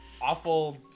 awful